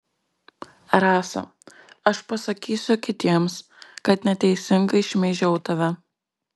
rasa aš pasakysiu kitiems kad neteisingai šmeižiau tave